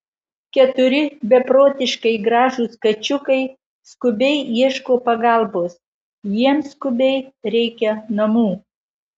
keturi beprotiškai gražūs kačiukai skubiai ieško pagalbos jiems skubiai reikia namų